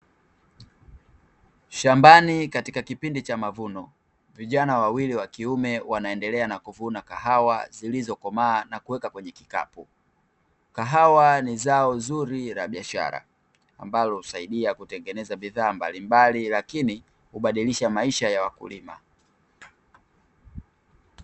Shambani katika kipindi cha mavuno. Vijana wawili wa kiume wanaendelea na kuvuna kahawa zilizo komaa na kuweka kwenye kikapu, kahawa ni zao zuri la biashara ambalo husaidia kutengeneza bidhaa mbalimbali lakini hubadilisha maisha ya wakulima.